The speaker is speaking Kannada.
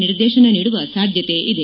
ನಿರ್ದೇಶನ ನೀಡುವ ಸಾಧ್ಯತೆ ಇದೆ